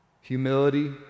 Humility